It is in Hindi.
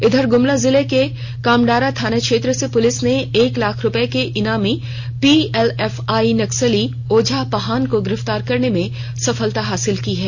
इधर गुमला जिले के कामडारा थाना क्षेत्र से पुलिस ने एक लाख रुपये के इनामी पीएलएफआई नक्सली ओंझा पाहन को गिरफ़तार करने में सफलता हासिल की है